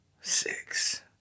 Six